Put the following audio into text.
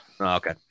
Okay